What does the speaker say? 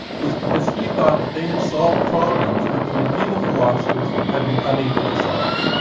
was because he thought that they had solved problems that the medieval philosophers had been unable to solve.